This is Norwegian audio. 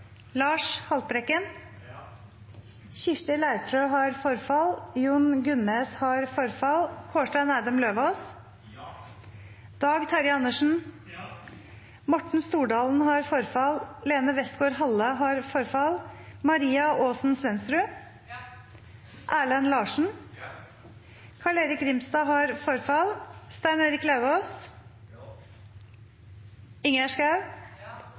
Lars Haltbrekken, Kårstein Eidem Løvaas, Dag Terje Andersen, Maria Aasen-Svensrud, Erlend Larsen, Stein Erik Lauvås, Ingjerd Schou,